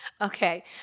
Okay